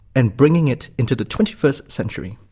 and bring it into the twenty first century.